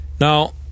Now